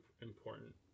important